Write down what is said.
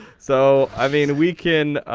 so i mean we can.